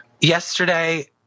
yesterday